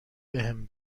بهم